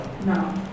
No